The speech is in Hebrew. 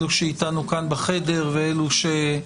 אלו שאיתנו כאן בחדר ואלו שלא.